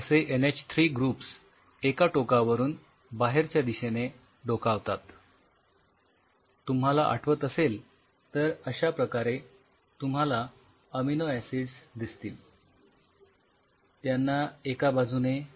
हे असे NH 3 groups एका टोकावरून बाहेरच्या दिशेने अश्याप्रकारे